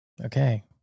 Okay